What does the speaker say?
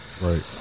right